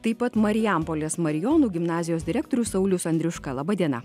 taip pat marijampolės marijonų gimnazijos direktorius saulius andriuška laba diena